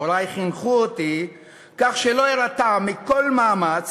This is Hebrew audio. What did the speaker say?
הורי חינכו אותי כך שלא אירתע מכל מאמץ